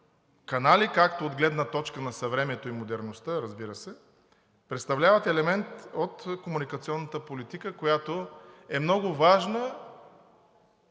канали, както от гледна точка на съвремието и модерността, разбира се, представляват елемент от комуникационната политика, която е много важна